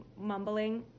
mumbling